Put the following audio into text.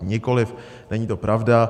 Nikoliv, není to pravda.